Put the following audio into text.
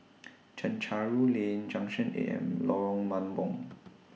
Chencharu Lane Junction eight and Lorong Mambong